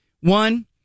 One